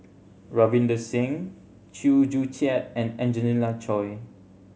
Ravinder Singh Chew Joo Chiat and Angelina Choy